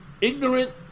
ignorant